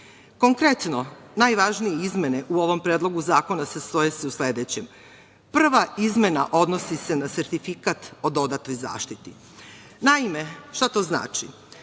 industriji. Konkretno, najvažnije izmene u ovom Predlogu zakona sastoje se u sledećem. Prva izmena odnosi se na sertifikat o dodatoj zaštiti. Naime, šta to znači?